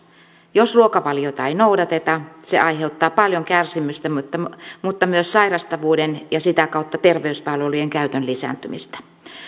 jos ruokavaliota ei noudateta se aiheuttaa paljon kärsimystä mutta myös sairastavuuden ja sitä kautta terveyspalveluiden käytön lisääntymistä